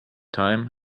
time